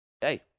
hey